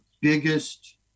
biggest